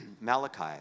Malachi